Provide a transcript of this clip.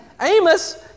Amos